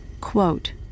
Quote